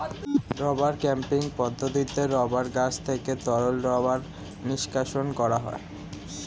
rubber tapping পদ্ধতিতে rubber গাছ থেকে তরল রাবার নিষ্কাশণ করা হয়